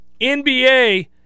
NBA